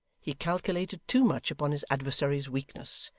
he calculated too much upon his adversary's weakness,